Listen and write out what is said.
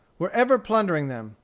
were ever plundering them,